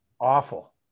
Awful